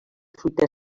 fruita